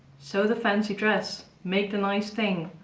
sew the fancy dress. make the nice thing.